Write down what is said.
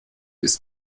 ist